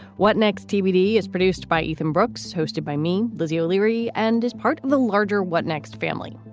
what next? tbd is produced by ethan brooks, hosted by me. lizzie o'leary and is part of the larger what next family.